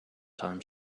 time